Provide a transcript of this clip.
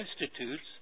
institutes